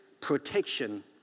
protection